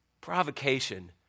provocation